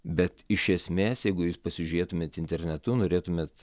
bet iš esmės jeigu jūs pasižiūrėtumėt internetu norėtumėt